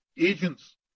agents